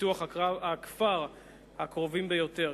ופיתוח הכפר הקרובים ביותר.